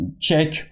check